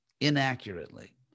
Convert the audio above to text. Inaccurately